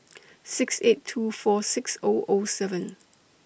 six eight two four six O O seven